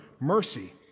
mercy